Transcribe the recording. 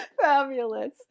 Fabulous